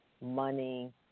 money